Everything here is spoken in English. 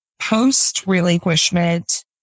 Post-relinquishment